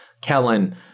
Kellen